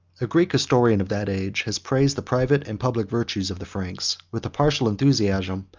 a greek historian of that age has praised the private and public virtues of the franks, with a partial enthusiasm,